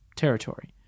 Territory